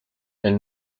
elle